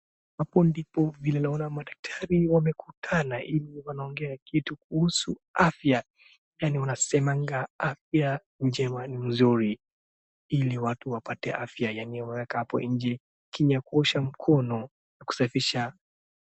Hapo ndipo vile naona madaktari wamekutana ili wanaongea kitu kuhusu afya. Yaani wanasemanga afya njema ni mzuri. Ili watu wapate afya yaani wameeka nje tini ya kuosha mikono kusafisha...